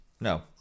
No